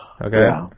Okay